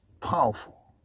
powerful